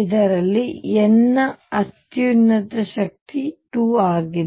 ಇದರಲ್ಲಿ n ನ ಅತ್ಯುನ್ನತ ಶಕ್ತಿ 2 ಆಗಿದೆ